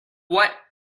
what